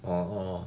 orh